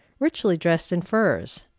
richly dressed in furs.